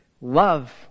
Love